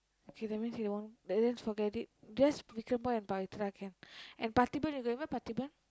okay that means he that means forget it just Vikram boy and Pavithra can and Parthiban you can remember Parthiban